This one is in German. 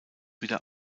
wieder